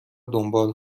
دنبال